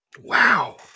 Wow